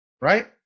right